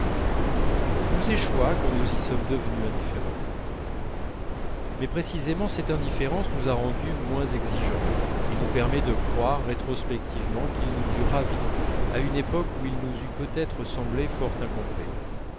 il nous échoit quand nous y sommes devenus indifférents mais précisément cette indifférence nous a rendus moins exigeants et nous permet de croire rétrospectivement qu'il nous eût ravis à une époque où il nous eût peut-être semblé fort incomplet